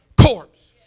corpse